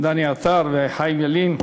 דני עטר וחיים ילין,